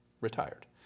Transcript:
retired